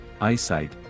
eyesight